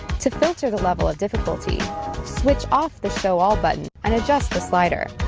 to filter the level of difficulty switch off the show all button and adjust the slider